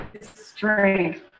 strength